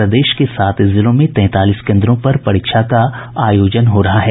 प्रदेश के सात जिलों में तैंतालीस केन्द्रों पर परीक्षा का आयोजन हो रहा है